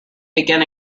begin